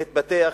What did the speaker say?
להתפתח,